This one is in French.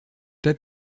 pas